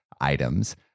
items